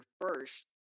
first